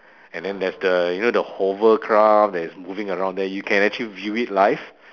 and then there's the you know the hovercraft that is moving around there you can actually view it live